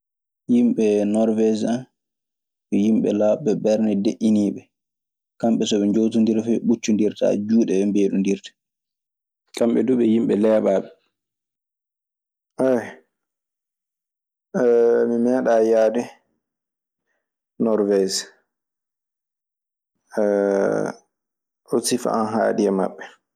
Yimɓe Norwees en, ɓe yimɓe laaɓ'ɓe ɓernde, deƴƴiniiɓe. Kamɓe so ɓe njawtondira fey ɓe ɓuccondirtaa. Juuɗe ɓe mbeeɗondirta. Kamɓe duu ɓe yimɓe leeɓaaɓe. Aya, mi meeɗay yaade norwes, ɗo sifa an haaɗi e maɓɓe.